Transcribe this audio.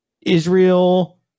Israel